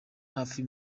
hafi